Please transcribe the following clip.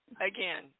again